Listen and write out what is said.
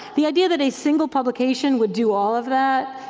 the idea that a single publication would do all of that